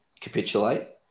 capitulate